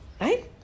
right